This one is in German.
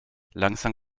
langsam